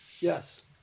Yes